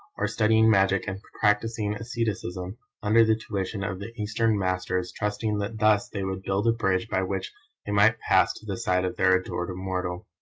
or studying magic and practising asceticism under the tuition of the eastern masters trusting that thus they would build a bridge by which they might pass to the side of their adored immortal.